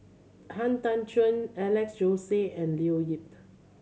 Han Tan Juan Alex Josey and Leo Yip